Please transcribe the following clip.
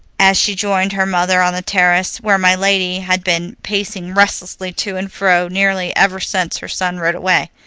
as she joined her mother on the terrace, where my lady had been pacing restlessly to and fro nearly ever since her son rode away.